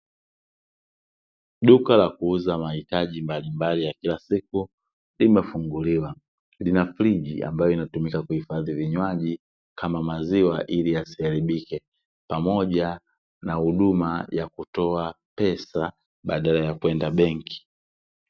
Duka la kuuza mahitaji mbalimbali ya kila siku limefunguliwa, lina friji ambalo linatumika kuhifadhi vinywaji kama maziwa ili yasiharibike. Pamoja na huduma ya kutoa pesa badala ya kwenda benki.